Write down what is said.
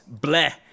bleh